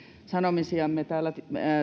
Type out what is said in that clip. sanomisiamme täällä